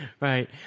Right